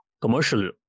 commercial